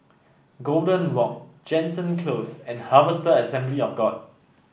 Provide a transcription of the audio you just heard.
Golden Walk Jansen Close and Harvester Assembly of God